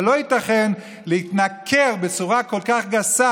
אבל לא ייתכן להתנכר בצורה כל כך גסה